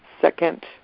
second